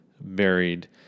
buried